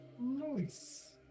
Nice